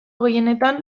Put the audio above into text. gehienetan